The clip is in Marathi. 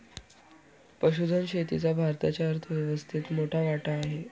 पशुधन शेतीचा भारताच्या अर्थव्यवस्थेत मोठा वाटा आहे